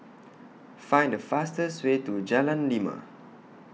Find The fastest Way to Jalan Lima